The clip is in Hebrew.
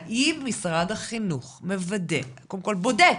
האם משרד החינוך מוודא, קודם כול בודק,